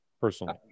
personally